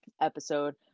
episode